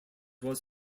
was